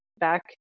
Back